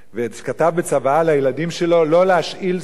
וכתב בצוואה לילדים שלו לא להשאיל ספר,